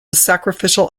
sacrificial